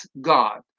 God